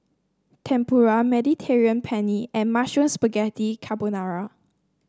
Tempura Mediterranean Penne and Mushroom Spaghetti Carbonara